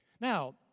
Now